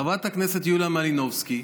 חברת הכנסת יוליה מלינובסקי,